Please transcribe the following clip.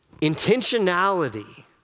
Intentionality